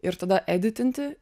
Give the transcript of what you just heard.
ir tada editinti